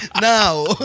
now